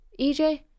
EJ